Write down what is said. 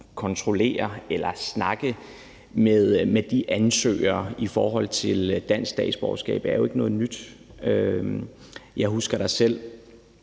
kontrollere eller snakke med de ansøgere, der er til et dansk statsborgerskab, ikke er noget nyt. Jeg husker da også,